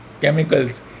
chemicals